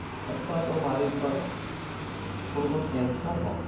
અથવા તો મારી ઉપર થોળું ઘણું ટેન્શન હોય